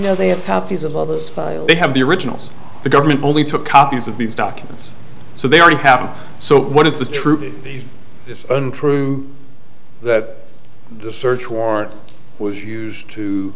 of those they have the originals the government only took copies of these documents so they are to happen so what is the truth is untrue that the search warrant was used to